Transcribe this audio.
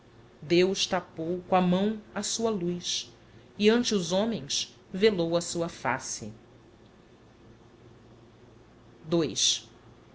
deus tapou com a mão a sua luz e ante os homens velou a sua face ii